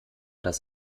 das